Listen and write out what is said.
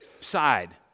side